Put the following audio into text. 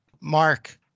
Mark